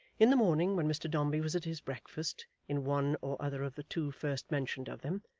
in the morning, when mr dombey was at his breakfast in one or other of the two first-mentioned of them,